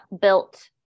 built